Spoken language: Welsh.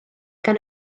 gan